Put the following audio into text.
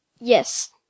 Yes